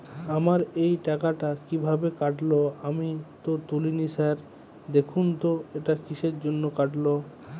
আমার এই টাকাটা কীভাবে কাটল আমি তো তুলিনি স্যার দেখুন তো এটা কিসের জন্য কাটল?